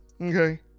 okay